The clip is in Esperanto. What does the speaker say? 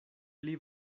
pli